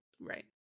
Right